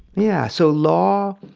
yeah. so law